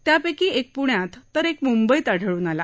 त्यापैकी एक पुण्यात तर एक मुंबईत आढळून आला